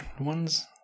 ones